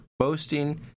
Boasting